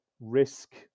Risk